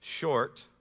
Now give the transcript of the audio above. short